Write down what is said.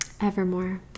Evermore